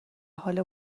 حال